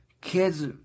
kids